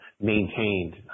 maintained